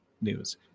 news